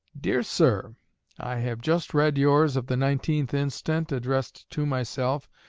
dear sir i have just read yours of the nineteenth instant, addressed to myself,